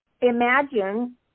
Imagine